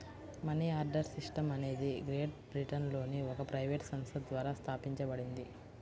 money order system అనేది great బ్రిటన్లోని ఒక ప్రైవేట్ సంస్థ ద్వారా స్థాపించబడింది